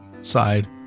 side